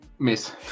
Miss